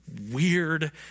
weird